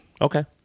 Okay